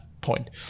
point